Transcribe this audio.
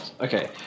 Okay